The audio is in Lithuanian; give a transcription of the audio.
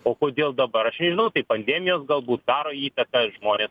o kodėl dabar aš nežinau tai pandemijos galbūt karo įtaką žmonės